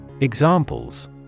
Examples